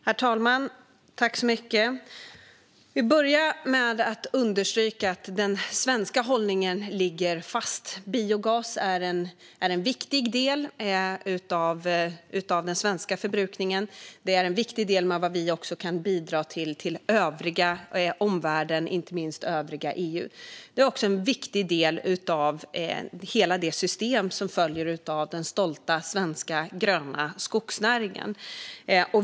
Herr talman! Jag vill börja med att understryka att den svenska hållningen ligger fast. Biogas är en viktig del i den svenska förbrukningen och något viktigt som vi kan bidra med till omvärlden, inte minst till övriga EU. Den är också en viktig del i hela det system som följer av den stolta svenska gröna skogsnäringen.